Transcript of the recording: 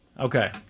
Okay